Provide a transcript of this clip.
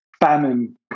famine